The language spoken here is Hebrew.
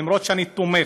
אומנם אני תומך,